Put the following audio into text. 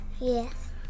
Yes